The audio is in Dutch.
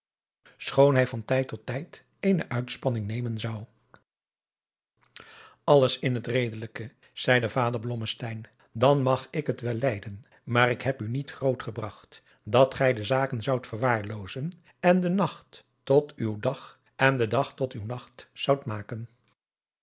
hij van tijd tot tijd eene uitspanning nemen zou alles in het redelijke zeide vader blommesteyn dan mag ik het wel lijden maar ik heb u niet groot gebragt dat gij de zaken zoudt verwaarloozen en den nacht tot uw dag en den dag tot uw nacht zoudt maken